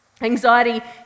Anxiety